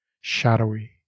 shadowy